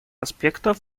аспектов